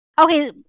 okay